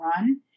run